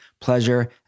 pleasure